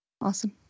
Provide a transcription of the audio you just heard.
awesome